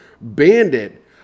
Bandit